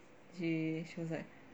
she she was like